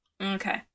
Okay